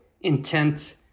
intent